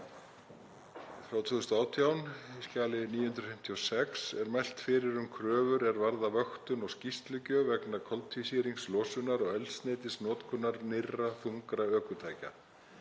nr. 2018/956 er mælt fyrir um kröfur er varða vöktun og skýrslugjöf vegna koltvísýringslosunar og eldsneytisnotkunar nýrra þungra ökutækja.